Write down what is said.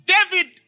David